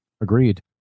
Agreed